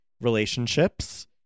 relationships